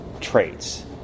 traits